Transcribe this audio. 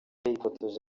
yifotoje